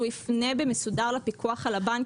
שהוא יפנה במסודר לפיקוח על הבנקים.